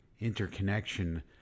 interconnection